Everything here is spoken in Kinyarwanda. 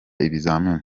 ibizamini